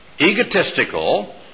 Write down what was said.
egotistical